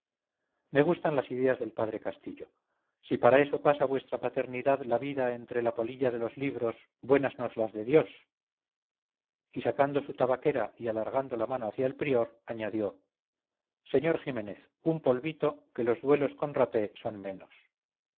respaldo megustan las ideas del padre castillo si para eso pasa vuestra paternidad la vida entre la polilla de los libros buenas nos las de dios y sacando su tabaquera y alargando la mano hacia el prior añadió señor ximénez un polvito que los duelos con rapé son menos